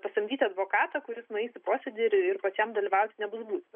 pasamdyti advokatą kuris nueis į posėdį ir ir pačiam dalyvauti nebus būtina